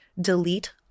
delete